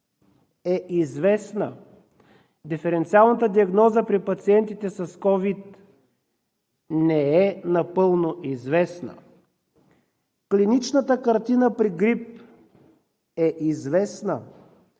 е известна. Диференциалната диагноза при пациентите с COVID не е напълно известна. Клиничната картина при грип е известна.